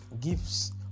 gives